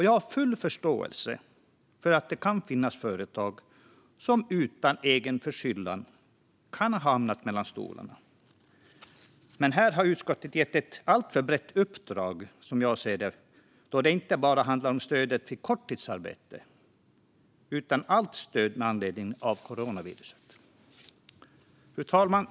Jag har full förståelse för att det kan finnas företag som utan egen förskyllan hamnar mellan stolar. Men här har utskottet, som jag ser det, gett ett alltför brett uppdrag då det inte bara handlar om stödet vid korttidsarbete utan om allt stöd med anledning av coronaviruset. Fru talman!